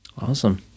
Awesome